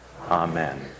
Amen